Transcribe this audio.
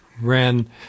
ran